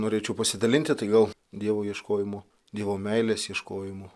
norėčiau pasidalinti tai gal dievo ieškojimu dievo meilės ieškojimu